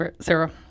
Sarah